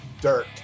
Dirt